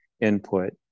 input